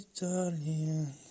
darling